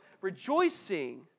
rejoicing